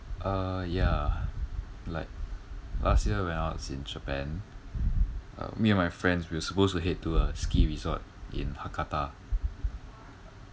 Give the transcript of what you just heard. uh ya like last year when I was in japan uh me and my friends we were supposed to head to a ski resort in hakata